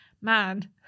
man